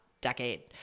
decade